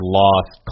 lost